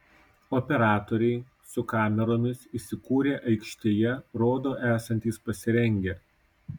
operatoriai su kameromis įsikūrę aikštėje rodo esantys pasirengę